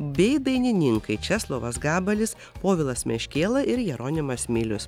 bei dainininkai česlovas gabalis povilas meškėla ir jeronimas milius